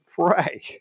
pray